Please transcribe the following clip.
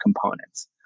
components